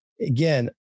again